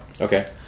Okay